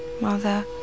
mother